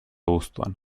abuztuan